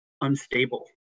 unstable